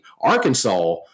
Arkansas